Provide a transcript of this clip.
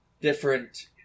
different